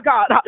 God